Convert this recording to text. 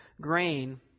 grain